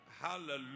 Hallelujah